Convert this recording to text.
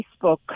facebook